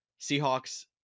Seahawks